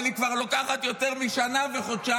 אבל היא כבר לוקחת יותר משנה וחודשיים,